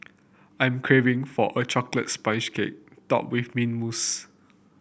I'm craving for a chocolate sponge cake topped with mint mousse